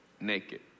naked